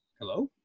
Hello